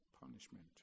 Punishment